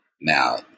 Now